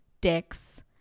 dicks